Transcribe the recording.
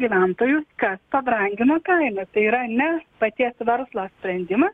gyventojus kas pabrangino kainą tai yra ne paties verslo sprendimas